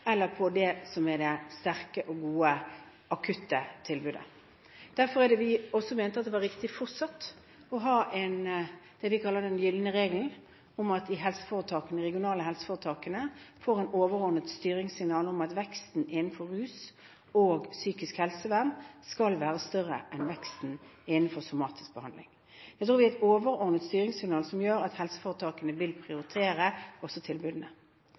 det sterke og gode akuttilbudet. Derfor mener vi også at det er riktig fortsatt å ha det vi kaller den gylne regel, at de regionale helseforetakene får et overordnet styringssignal om at veksten innenfor rus og psykisk helsevern skal være større enn veksten innenfor somatisk behandling. Jeg tror det er et overordnet styringssignal som gjør at helseforetakene også vil prioritere tilbudene.